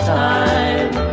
time